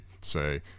say